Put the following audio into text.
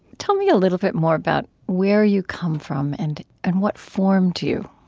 tell me a little bit more about where you come from and and what formed you.